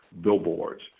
billboards